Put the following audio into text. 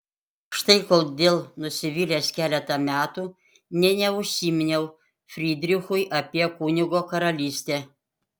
štai kodėl nusivylęs keletą metų nė neužsiminiau frydrichui apie kunigo karalystę